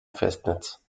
festnetz